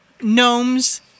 gnomes